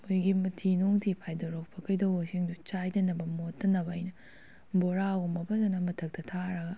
ꯃꯣꯏꯒꯤ ꯃꯊꯤ ꯅꯨꯡꯊꯤ ꯐꯥꯏꯗꯣꯔꯛꯄ ꯀꯩꯗꯧꯕ ꯁꯤꯡꯗꯣ ꯆꯥꯏꯗꯅꯕ ꯃꯣꯠꯇꯅꯕ ꯑꯩꯅ ꯕꯣꯔꯥꯒꯨꯝꯕ ꯐꯖꯅ ꯃꯊꯛꯇ ꯊꯥꯔꯒ